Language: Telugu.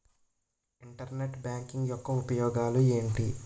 ఇంటర్నెట్ బ్యాంకింగ్ యెక్క ఉపయోగాలు ఎంటి?